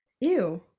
Ew